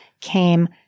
came